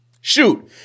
shoot